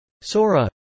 SORA